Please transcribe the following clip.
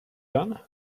done